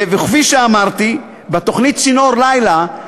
כפי שאמרתי, בתוכנית "צינור לילה"